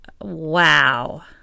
Wow